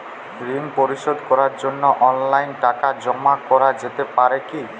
ঋন পরিশোধ করার জন্য অনলাইন টাকা জমা করা যেতে পারে কি?